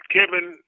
Kevin